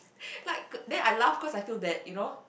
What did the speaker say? like a then I laugh cause I feel that you know